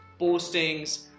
postings